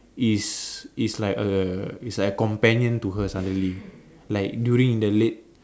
is is like a is like a companion to her suddenly like during the late